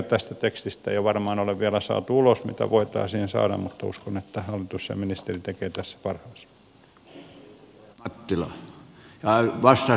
tästä tekstistä ei varmaan ole vielä saatu ulos ihan kaikkea mitä voitaisiin saada mutta uskon että hallitus ja ministeri tekevät tässä parhaansa